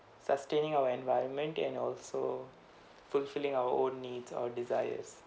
sustaining our environment and also fulfilling our own needs or desires